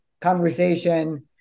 conversation